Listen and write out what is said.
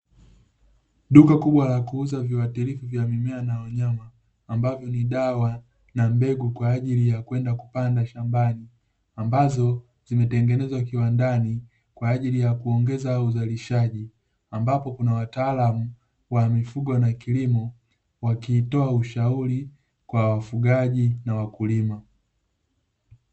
Duka kubwa la kuuza viuatilifu vya mimea na wanyama, ambavyo ni dawa na mbegu kwa ajili ya kwenda kupanda shambani, ambazo zimetengenezwa kiwandani kwa ajili ya kuongeza uzalishaji; ambapo kuna wataalamu wa mifugo na kilimo wakitoa ushauri kwa wafugaji na wakulima.